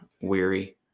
weary